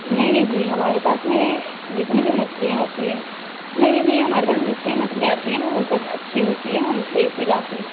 नहीं दीदी हमारे पास में जितनी भी मछलियाँ आती हैं नई दीदी हमारे पास में जितनी भी मछलियाँ आती हैं न वो सब अच्छी होती हैं हम सही से लाते हैं